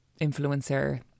influencer